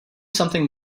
something